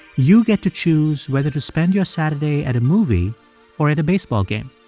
you get to choose whether to spend your saturday at a movie or at a baseball game.